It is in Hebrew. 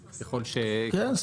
כן,